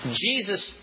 Jesus